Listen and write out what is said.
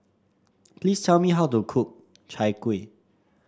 please tell me how to cook Chai Kuih